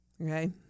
Okay